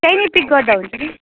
त्यहीँ नै पिक गर्दा हुन्छ कि